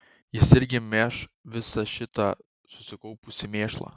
jis irgi mėš visą šitą susikaupusį mėšlą